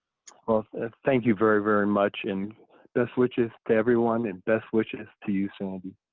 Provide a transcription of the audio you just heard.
um ah thank you very, very much and best wishes to everyone and best wishes to you, sandy.